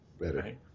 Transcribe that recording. better